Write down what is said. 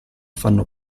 fanno